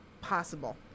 possible